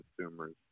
consumers